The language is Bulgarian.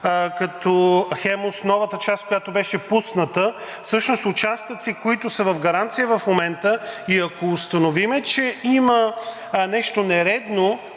като „Хемус“, новата част, която беше пусната всъщност участъци, които са в гаранция в момента, и ако установим, че има нещо нередно